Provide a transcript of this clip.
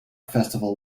festival